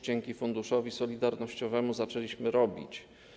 Dzięki Funduszowi Solidarnościowemu zaczęliśmy to robić.